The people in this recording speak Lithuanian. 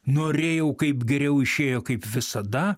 norėjau kaip geriau išėjo kaip visada